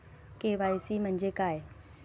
KYC म्हंजे काय?